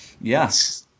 Yes